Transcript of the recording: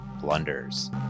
Blunders